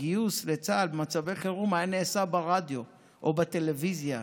הגיוס לצה"ל במצבי חירום היה נעשה ברדיו או בטלוויזיה.